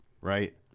Right